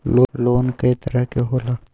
Loan कय तरह के होला?